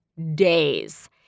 days